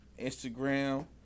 Instagram